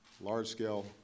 large-scale